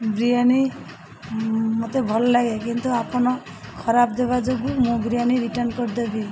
ବିରିୟାନୀ ମୋତେ ଭଲ ଲାଗେ କିନ୍ତୁ ଆପଣ ଖରାପ ଦେବା ଯୋଗୁଁ ମୁଁ ବିରିୟାନୀ ରିଟର୍ଣ୍ଣ କରିଦେବି